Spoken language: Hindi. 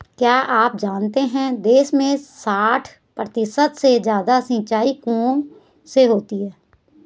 क्या आप जानते है देश में साठ प्रतिशत से ज़्यादा सिंचाई कुओं से होती है?